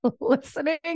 Listening